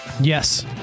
Yes